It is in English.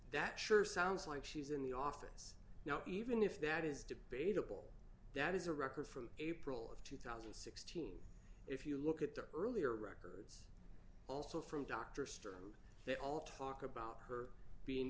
that sure sounds like she's in the office now even if that is debatable that is a record from april of two thousand and sixteen if you look at the earlier records also from dr sturm they all talk about her being